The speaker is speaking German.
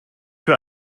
für